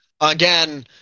Again